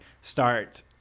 start